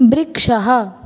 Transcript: वृक्षः